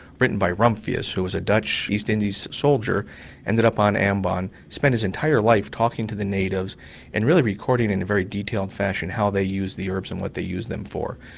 written by rumphius who was a dutch east indies soldier and ended up on ambon. spent his entire life talking to the natives and really recording in a very detailed fashion how they used the herbs and what they used them for.